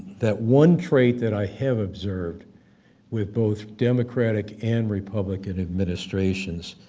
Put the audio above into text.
that one trait that i have observed with both democratic and republican administrations,